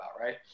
right